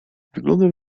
wyglądał